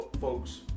folks